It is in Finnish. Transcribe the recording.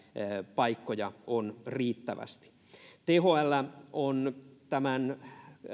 paikkoja on riittävästi thl on tämän